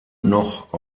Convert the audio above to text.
noch